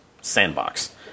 sandbox